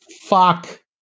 Fuck